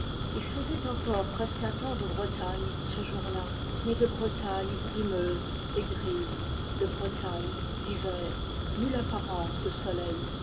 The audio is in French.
il faisait encore presque un temps de bretagne ce jour-là mais de bretagne brumeuse et grise de bretagne d'hiver nulle apparence de soleil